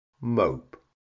mope